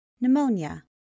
Pneumonia